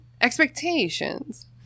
Expectations